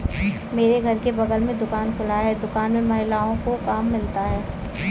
मेरे घर के बगल में दुकान खुला है दुकान में महिलाओं को काम मिलता है